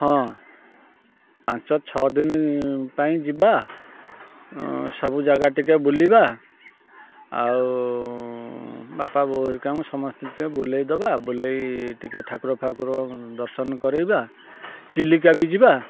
ହଁ ପାଞ୍ଚ ଛଅ ଦିନି ପାଇଁ ଯିବା ସବୁ ଜାଗା ଟିକେ ବୁଲିବା ଆଉ ବାପା ବୋଉ ଘରିକାଙ୍କୁ ସମସ୍ତଙ୍କୁ ଟିକେ ବୁଲେଇ ଦେବା ବୁଲେଇ ଟିକେ ଠାକୁର ଫାକୁର ଦର୍ଶନ କରେଇବା ଚିଲିକା ବି ଯିବା